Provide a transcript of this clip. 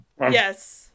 Yes